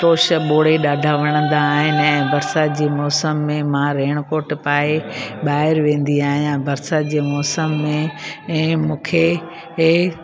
toast बोड़े ॾाढा वणंदा आहिनि ऐं बरसाति जी मौसम में मां रेणकोट पाए ॿाहिरि वेंदी आहियां बरसाति जे मौसम में ऐं मूंखे इहे